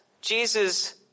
Jesus